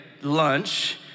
lunch